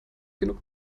genug